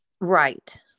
Right